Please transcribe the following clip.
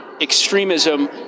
extremism